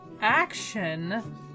action